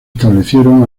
establecieron